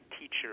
teacher